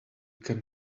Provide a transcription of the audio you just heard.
can